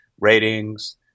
ratings